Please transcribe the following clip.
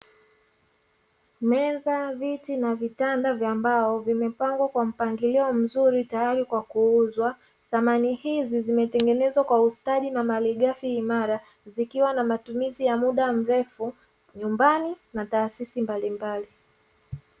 Meza, vitu na vitanda vya mbao vimepangwa kwa mpangilio mzuri tayari kwa kuuzwa. Samani hizi zimetengenezwa kwa ustadi na malighafi imara zikiwa na matumizi ya muda mrefu nyumbani na taasisi mbalimbali.